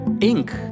ink